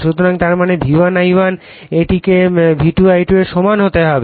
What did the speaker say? সুতরাং তার মানে V1 I1 এটিকে V2 I2 এর সমান হতে হবে